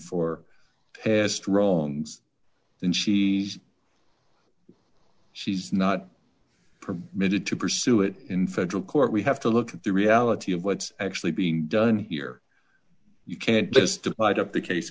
two wrongs and she she's not permitted to pursue it in federal court we have to look at the reality of what's actually being done here you can't just divide up the